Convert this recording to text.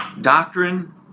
doctrine